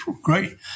Great